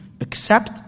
accept